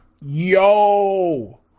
yo